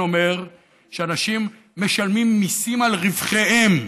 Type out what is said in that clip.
אומר שאנשים משלמים מיסים על רווחיהם,